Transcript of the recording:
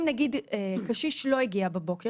אם נגיד קשיש לא הגיע בבוקר,